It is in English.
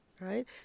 right